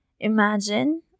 Imagine